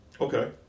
Okay